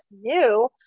new